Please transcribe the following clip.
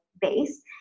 base